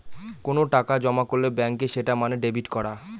কোনো টাকা জমা করলে ব্যাঙ্কে সেটা মানে ডেবিট করা